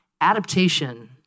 adaptation